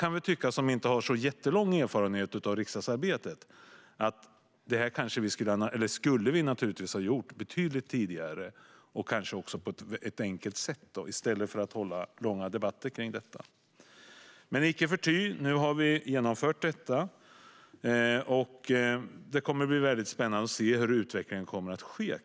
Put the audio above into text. Jag som inte har jättelång erfarenhet av riksdagsarbete kan tycka att vi skulle ha gjort det här betydligt tidigare, kanske också på ett enklare sätt, i stället för att hålla långa debatter. Men icke förty - nu har vi genomfört detta. Och det kommer att bli spännande att se utvecklingen.